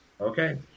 Okay